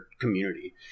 community